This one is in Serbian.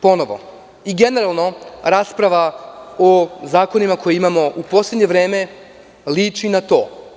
Ponovo i generalno rasprava o zakonima koje imamo u poslednje vreme liči na to.